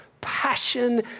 passion